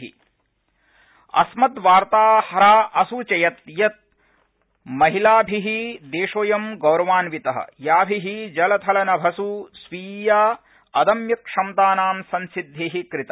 अस्मत् वार्ताहरा असूचयत् यत् महिलाभि देशोऽयं गौरवान्वित याभि जलचलनभस् स्वीयादम्यक्षमतानां संसिद्धि कृता